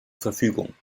verfügung